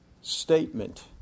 statement